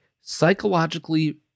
psychologically